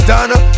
Donna